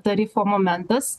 tarifo momentas